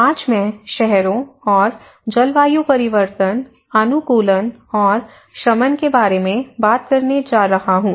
आज मैं शहरों और जलवायु परिवर्तन अनुकूलन और शमन के बारे में बात करने जा रहा हूँ